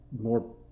more